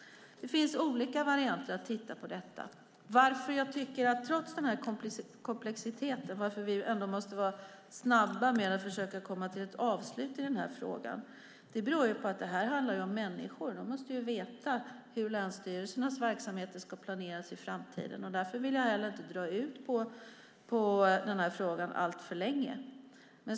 Det finns olika varianter att titta på. Att vi trots denna komplexitet ändå måste vara snabba med att försöka komma till ett avslut i denna fråga beror på att detta handlar om människor. De måste veta hur länsstyrelsernas verksamheter ska planeras i framtiden. Därför vill jag heller inte dra ut på denna fråga alltför länge.